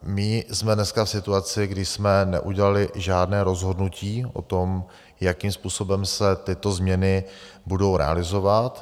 My jsme dneska v situaci, kdy jsme neudělali žádné rozhodnutí o tom, jakým způsobem se tyto změny budou realizovat.